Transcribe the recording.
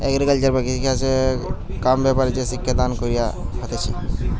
agriculture বা কৃষিকাজ কাম ব্যাপারে যে শিক্ষা দান কইরা হতিছে